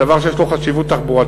דבר שיש לו חשיבות תחבורתית.